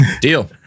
Deal